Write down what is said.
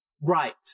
right